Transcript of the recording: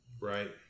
right